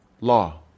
law